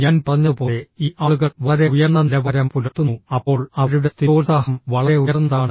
ഞാൻ പറഞ്ഞതുപോലെ ഈ ആളുകൾ വളരെ ഉയർന്ന നിലവാരം പുലർത്തുന്നു അപ്പോൾ അവരുടെ സ്ഥിരോത്സാഹം വളരെ ഉയർന്നതാണ്